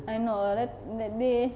I know ah that that day